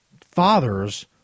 fathers